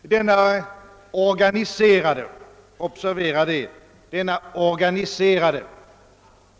Denna organiserade — observera det!